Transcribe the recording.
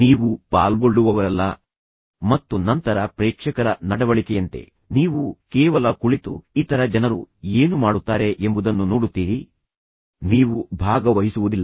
ನೀವು ಪಾಲ್ಗೊಳ್ಳುವವರಲ್ಲ ಮತ್ತು ನಂತರ ಪ್ರೇಕ್ಷಕರ ನಡವಳಿಕೆಯಂತೆ ನೀವು ಕೇವಲ ಕುಳಿತು ಇತರ ಜನರು ಏನು ಮಾಡುತ್ತಾರೆ ಎಂಬುದನ್ನು ನೋಡುತ್ತೀರಿ ನೀವು ಭಾಗವಹಿಸುವುದಿಲ್ಲ